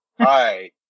Hi